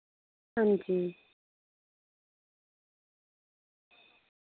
हां जी